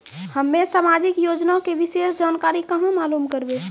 हम्मे समाजिक योजना के विशेष जानकारी कहाँ मालूम करबै?